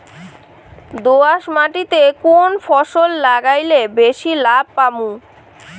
দোয়াস মাটিতে কুন ফসল লাগাইলে বেশি লাভ পামু?